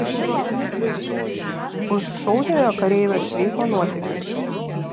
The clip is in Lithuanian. gerbiu jį už šauniojo kareivio šveiko nuotykius